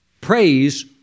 Praise